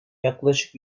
yaklaşık